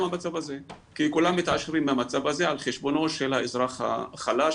המצב הזה כי כולם מתעשרים מהמצב הזה על חשבונו של האזרח החלש,